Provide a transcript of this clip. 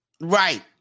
Right